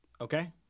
Okay